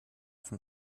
vom